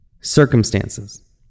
circumstances